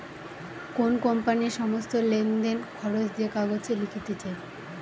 কোন কোম্পানির সমস্ত লেনদেন, খরচ যে কাগজে লিখতিছে